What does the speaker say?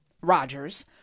Rogers